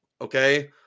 okay